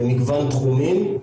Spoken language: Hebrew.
במגוון תחומים.